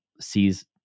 sees